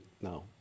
now